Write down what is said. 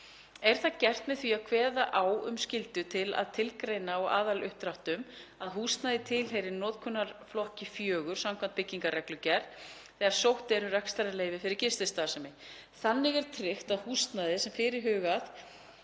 Er það gert með því að kveða á um skyldu til að tilgreina á aðaluppdráttum að húsnæði tilheyri notkunarflokki 4 samkvæmt byggingarreglugerð þegar sótt er um rekstrarleyfi fyrir gististarfsemi. Þannig er tryggt að húsnæði sem fyrirhugað